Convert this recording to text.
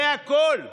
זה הכול.